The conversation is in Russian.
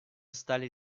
стали